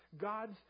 God's